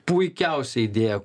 puikiausią idėją